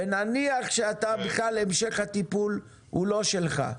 ונניח שבכלל המשך הטיפול הוא לא שלך,